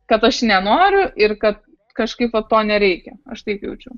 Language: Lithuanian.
kad aš nenoriu ir kad kažkaip vat to nereikia aš taip jaučiau